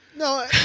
No